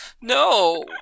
no